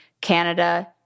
Canada